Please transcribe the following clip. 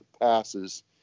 passes